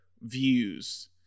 views